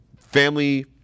Family